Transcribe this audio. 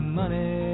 money